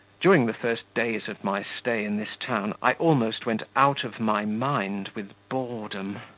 during the first days of my stay in this town, i almost went out of my mind with boredom.